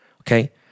okay